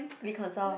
reconcile